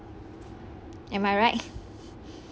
am I right